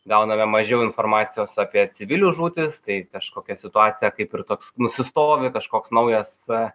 gauname mažiau informacijos apie civilių žūtis tai kažkokia situacija kaip ir toks nusistovi kažkoks naujas e